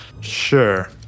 Sure